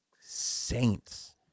saints